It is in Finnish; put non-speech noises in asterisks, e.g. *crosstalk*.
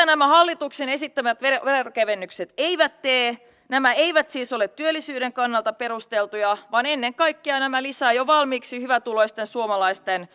*unintelligible* nämä hallituksen esittämät veronkevennykset eivät tee nämä eivät siis ole työllisyyden kannalta perusteltuja vaan ennen kaikkea nämä lisäävät jo valmiiksi hyvätuloisten suomalaisten *unintelligible*